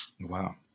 Wow